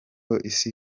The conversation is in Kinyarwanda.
isi